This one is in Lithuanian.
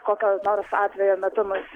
kokio nors atvejo metu mus